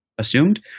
assumed